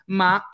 ma